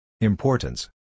Importance